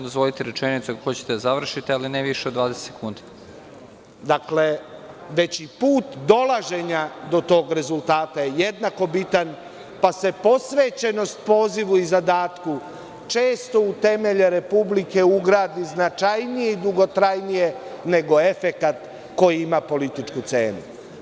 Dozvoliću vam da završite, ali ne više od 20 sekundi.) Dakle, već i put dolaženja do tog rezultata je jednako bitan, pa se posvećenost pozivu i zadatku često u temelje Republike ugradi značajnije i dugotrajnije nego efekat koji ima političku cenu.